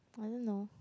I don't know